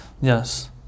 Yes